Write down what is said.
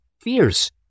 fierce